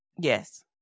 Yes